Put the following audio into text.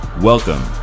Welcome